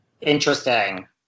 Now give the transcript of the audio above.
Interesting